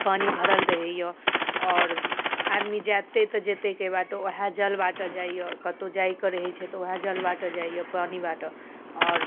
पानि भरल रहैय आओर आदमी जतय ततय जतयके बाटे वएह जल बाटे जाइए कतौ जाइके रहै छै तऽ वएह जल बाटे जाइए पानि बाटे आओर